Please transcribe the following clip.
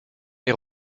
est